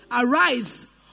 Arise